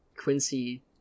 Quincy